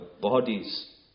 bodies